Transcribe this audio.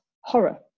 horror